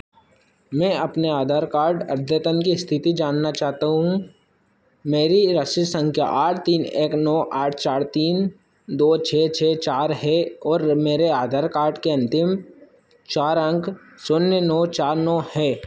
मैं अपने आधार कार्ड अद्यतन की स्थिति जानना चाहता हूँ मेरी रसीद संख्या आठ तीन एक नौ आठ चार तीन दो छः छः चार है और मेरे आधार कार्ड के अंतिम चार अंक जीरो नौ चार नौ हैं